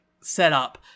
setup